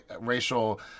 racial